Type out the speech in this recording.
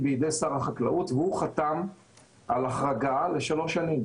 בידי שר החקלאות והוא חתם על החרגה לשלוש שנים,